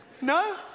No